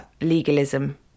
legalism